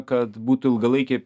kad būtų ilgalaikėj